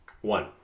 One